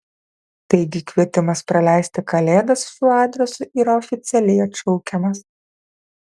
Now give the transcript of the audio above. taigi kvietimas praleisti kalėdas šiuo adresu yra oficialiai atšaukiamas